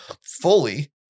fully